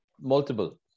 multiple